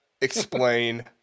explain